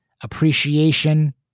appreciation